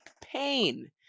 pain